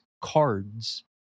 cards